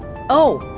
oh,